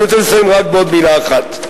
אני רוצה לסיים רק בעוד מלה אחת: